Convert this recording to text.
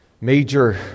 Major